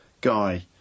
guy